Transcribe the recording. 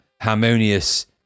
harmonious